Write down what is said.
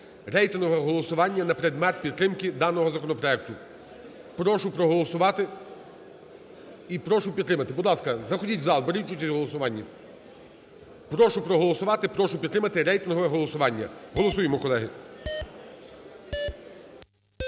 Рейтингове голосування на предмет підтримки даного проекту. Прошу проголосувати і прошу підтримати. Будь ласка, заходіть в зал, беріть участь в голосуванні. Прошу проголосувати, прошу підтримати рейтингове голосування. Голосуємо, колеги.